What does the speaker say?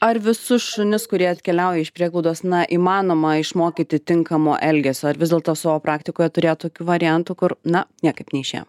ar visus šunis kurie atkeliauja iš prieglaudos na įmanoma išmokyti tinkamo elgesio ar vis dėlto savo praktikoje turėjot tokių variantų kur na niekaip neišėjo